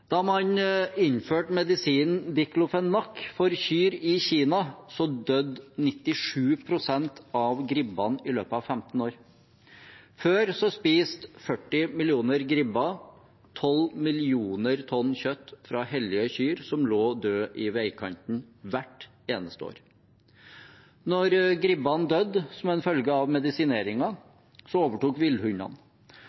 Da man innførte medisinen diklofenak for kyr i Kina, døde 97 pst. av gribbene i løpet av 15 år. Før spiste 40 millioner gribber 12 millioner tonn kjøtt fra hellige dyr som lå døde i veikanten hvert eneste år. Da gribbene døde som en følge av